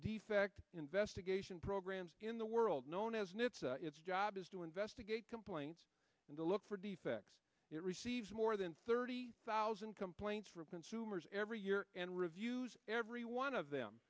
defect investigation programs in the world known as an it's its job is to investigate complaints and to look for defects it receives more than thirty thousand complaints from consumers every year and reviews every one of them